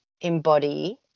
embody